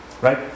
right